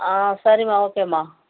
ஆ சரிம்மா ஓகேம்மா